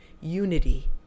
unity